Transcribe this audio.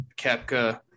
Kepka